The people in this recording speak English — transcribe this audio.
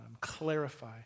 clarify